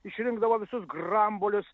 išrinkdavo visus grambuolius